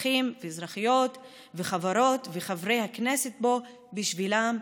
אזרחים ואזרחיות וחברות וחברי הכנסת, פה בשבילם,